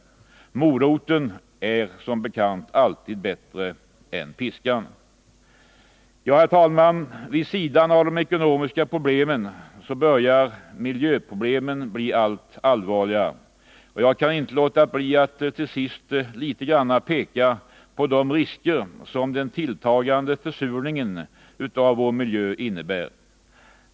Moroten är som bekant alltid bättre än piskan. Herr talman! Vid sidan av de ekonomiska problemen börjar miljöproblemen bli allt allvarligare. Jag kan inte låta bli att till sist peka på de risker som den tilltagande försurningen av vår miljö innebär.